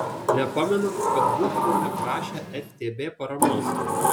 nepamenu kad būtumėme prašę ftb paramos